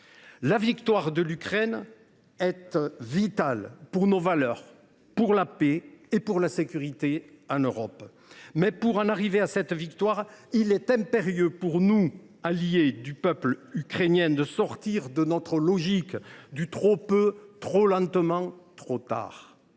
La victoire de l’Ukraine est vitale pour nos valeurs, pour la paix et pour la sécurité en Europe. Mais, pour en arriver à cette victoire, il est impérieusement nécessaire que nous, alliés du peuple ukrainien, sortions de notre logique du « trop peu, trop lentement, trop tard ».